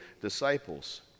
disciples